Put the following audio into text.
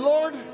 Lord